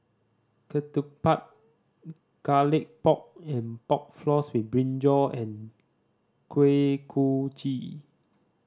ketupat Garlic Pork and Pork Floss with brinjal and Kuih Kochi